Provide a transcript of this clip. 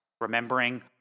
Remembering